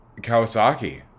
Kawasaki